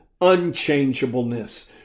unchangeableness